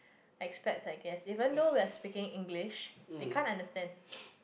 expats I guess even though we are speaking English they can't understand